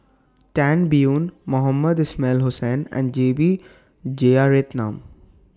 Tan Biyun Mohamed Ismail Hussain and J B Jeyaretnam